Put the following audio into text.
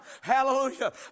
Hallelujah